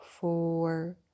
four